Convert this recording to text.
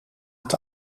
het